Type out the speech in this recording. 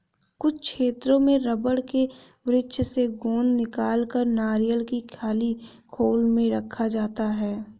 कुछ क्षेत्रों में रबड़ के वृक्ष से गोंद निकालकर नारियल की खाली खोल में रखा जाता है